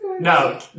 No